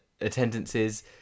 attendances